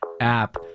app